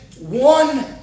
one